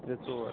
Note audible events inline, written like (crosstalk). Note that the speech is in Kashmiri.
(unintelligible)